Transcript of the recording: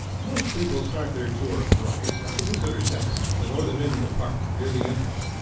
most people start their tour of bryce at the visitor center at the northern end of the park near the entrance.